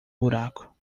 buraco